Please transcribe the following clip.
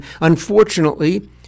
Unfortunately